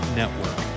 network